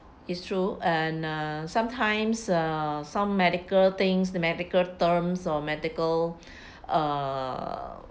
it's true and uh sometimes uh some medical things the medical terms or medical err